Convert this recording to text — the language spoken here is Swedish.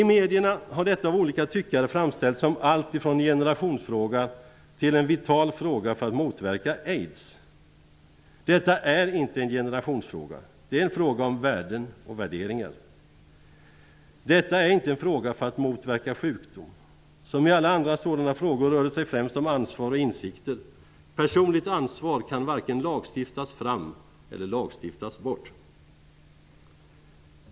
I medierna har detta av olika tyckare framställts som allt från en generationsfråga till en vital fråga för att motverka aids. Detta är inte en generationsfråga. Det är en fråga om värden och värderingar. Detta är inte en fråga om att motverka sjukdom. Som i alla andra sådana frågor rör det sig främst om ansvar och insikter. Personligt ansvar kan varken lagstiftas fram eller lagstiftas bort.